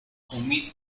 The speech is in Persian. امید